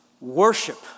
worship